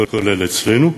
כולל אצלנו,